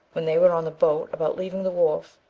when they were on the boat, about leaving the wharf,